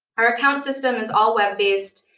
our account system is all web-based,